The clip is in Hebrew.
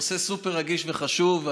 נושא סופר-רגיש וחשוב,